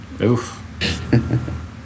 Oof